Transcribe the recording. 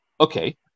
Okay